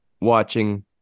watching